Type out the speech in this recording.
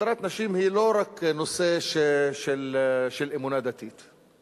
הדרת נשים היא לא רק נושא של אמונה דתית,